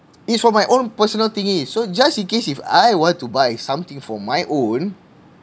it's for my own personal thingy so just in case if I want to buy something for my own